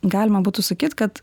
galima būtų sakyt kad